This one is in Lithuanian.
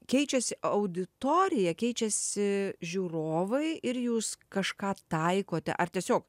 keičiasi auditorija keičiasi žiūrovai ir jūs kažką taikote ar tiesiog